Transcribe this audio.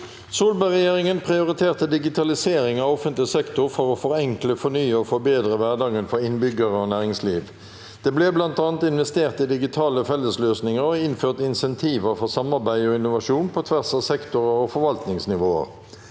«Solberg-regjeringen prioriterte digitalising av offentlig sektor for å forenkle, fornye og forbedre hverda- gen for innbyggere og næringsliv. Det ble blant annet investert i digitale fellesløsninger og innført insentiver for samarbeid og innovasjon på tvers av sektorer og forvalt- ningsnivåer.